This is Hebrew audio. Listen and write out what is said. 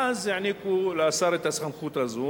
ואז העניקו לשר את הסמכות הזאת.